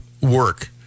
work